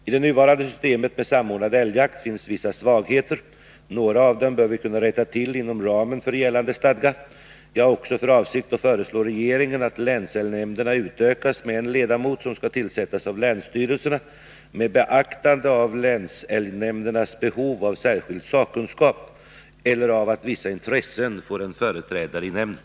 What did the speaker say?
I det nuvarande systemet med samordnad älgjakt finns vissa svagheter, och några av dem bör vi kunna rätta till inom ramen för gällande stadga. Jag har också för avsikt att föreslå regeringen att länsälgnämnderna utökas med en ledamot som skall tillsättas av länsstyrelserna med beaktande av länsälgnämndernas behov av särskild sakkunskap eller av att vissa intressen får en företrädare i nämnden.